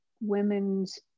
women's